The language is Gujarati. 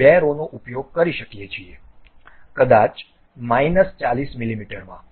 બે રોનો ઉપયોગ કરી શકીએ છીએ કદાચ માઇનસ 40 મીમીમાં